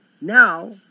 Now